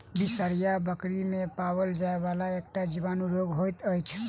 बिसरहिया बकरी मे पाओल जाइ वला एकटा जीवाणु रोग होइत अछि